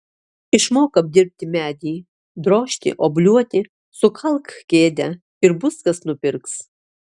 išmok apdirbti medį drožti obliuoti sukalk kėdę ir bus kas nupirks